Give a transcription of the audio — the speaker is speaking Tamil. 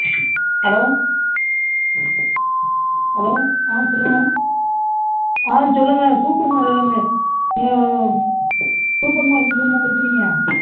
ஹலோ ஹலோ ஆ சொல்லுங்கள் ஆ சொல்லுங்கள் சூப்பர் மார்க்லிருந்து நீங்கள் சூப்பர் மார்க்கெட்லிருந்தா பேசுறீங்க